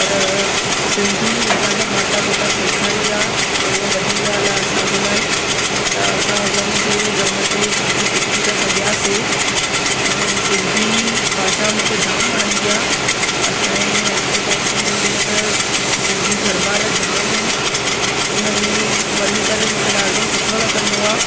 पर सिंधी असांखे माता पिता सेखारी आहे त उहा वॾी ॻाल्हि आहे असांजे लाइ त असां हुननि जे दम ते सिंधी सिखी त सघियासीं ऐं सिंधी भाषा मूंखे जाम वणंदी आहे असांजे आसे पासे ईअं त सिंधी दरबार जाम आहिनि उनमें वञी करे मूंखे ॾाढो सुठो लॻंदो आहे